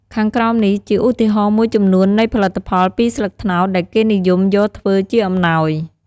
ខាងក្រោមនេះ ជាឧទាហរណ៍មួយចំនួននៃផលិតផលពីស្លឹកត្នោតដែលគេនិយមយកធ្វើជាអំណោយ។